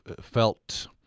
felt